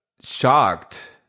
shocked